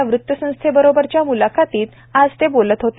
या वृतसंस्थेबरोबरच्या म्लाखतीत आज ते बोलत होते